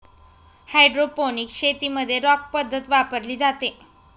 hydroponics शेतीमध्ये rock पद्धत वापरली जाते